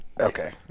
Okay